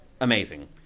amazing